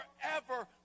forever